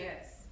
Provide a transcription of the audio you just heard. Yes